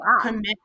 commit